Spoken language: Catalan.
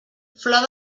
flor